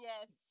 yes